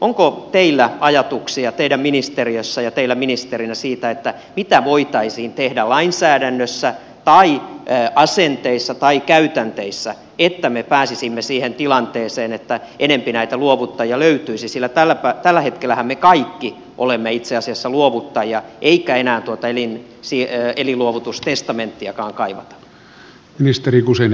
onko arvoisa ministeri teidän ministeriössänne ja teillä ministerinä ideoita ja ajatuksia siitä mitä voitaisiin tehdä lainsäädännössä tai asenteissa tai käytänteissä että me pääsisimme siihen tilanteeseen että enempi näitä luovuttajia löytyisi sillä tällä hetkellähän me kaikki olemme itse asiassa luovuttajia eikä enää tuota elinluovutustestamenttiakaan kaivata